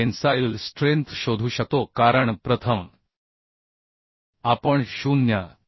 आपण tensile strength शोधू शकतो कारण प्रथम आपण 0